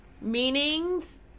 meanings